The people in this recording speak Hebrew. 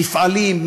מפעלים,